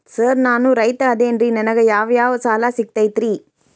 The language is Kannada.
ಸರ್ ನಾನು ರೈತ ಅದೆನ್ರಿ ನನಗ ಯಾವ್ ಯಾವ್ ಸಾಲಾ ಸಿಗ್ತೈತ್ರಿ?